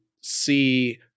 see